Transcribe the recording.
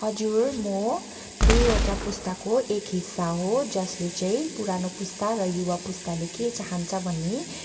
हजुर म दुईवटा पुस्ताको एक हिस्सा हो जसले चाहिँ पुरानो पुस्ता र युवा पुस्ताले के चाहन्छ भन्ने